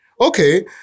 Okay